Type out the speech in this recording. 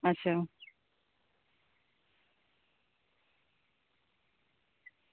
अच्छा